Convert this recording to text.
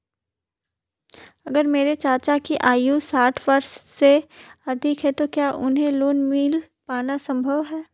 अगर मेरे चाचा की आयु साठ वर्ष से अधिक है तो क्या उन्हें लोन मिल पाना संभव है?